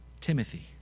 Timothy